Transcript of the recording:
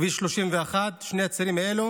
כביש 31, בשני הצירים האלה